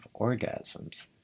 orgasms